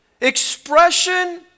expression